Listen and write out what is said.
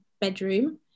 bedroom